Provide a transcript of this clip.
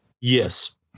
Yes